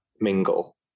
mingle